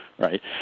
right